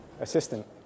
assistant